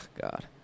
God